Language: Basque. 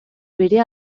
bere